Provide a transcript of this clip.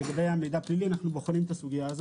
לגבי מידע פלילי אנו בוחנים את הסוגיה.